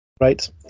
right